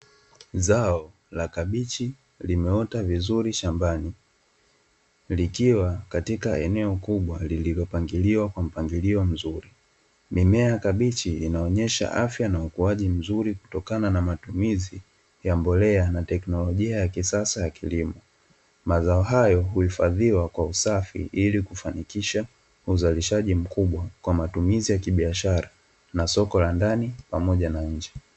Zao la kabichi limeota vizuri shamabani likiwa katika eneo kubwa lililopangiliwa kwa mpangilio mzuri mimea ya kabichi inaonyesha afya na ukuaji mzuri kutokanana matumizi ya mbolea na tekinolojia ya kisasa ya kilimo, mazao haya uhifadhiwa kwa usafi ilikufanikisha uzalishaji mkubwa kwa matumizi ya kibiashara na soko la ndani pamoja na nje.